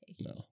No